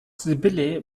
sibylle